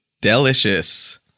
Delicious